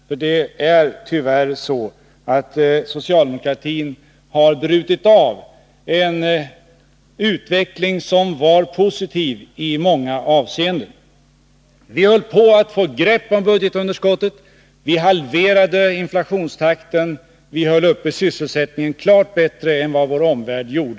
För tyvärr har socialdemokratin brutit en utveckling som var positiv i många avseenden. Vi höll på att få grepp om budgetunderskottet, vi halverade inflationstakten, vi höll sysselsättningen uppe klart bättre än vår omvärld gjorde.